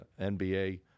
NBA